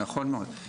נכון מאוד.